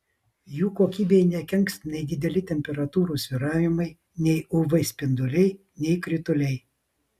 jų kokybei nekenks nei dideli temperatūrų svyravimai nei uv spinduliai nei krituliai